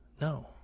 No